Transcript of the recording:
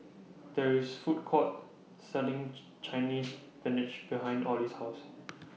There IS Food Court Selling Chinese Spinach behind Orley's House